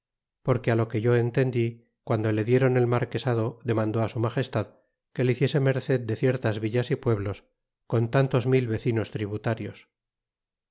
porque lo que yo entendí guando le diéron el marquesado demandó su magestad que le hiciese merded de ciertas villas y pueblos con tantos mil vecinos tributarios